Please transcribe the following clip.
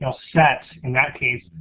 ah set, in that case,